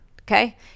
okay